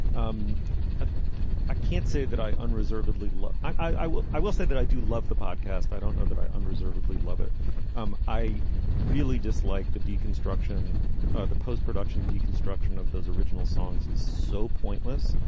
um ah i can't say that i unreservedly look i will i will say that i do love the podcast i don't know that i unreservedly love it um i really dislike the deconstruction the post-production deconstruction of those original songs is so pointless.